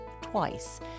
twice